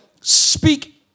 speak